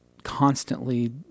constantly